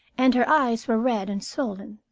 and her eyes were red and swollen.